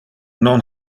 non